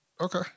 Okay